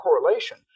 correlation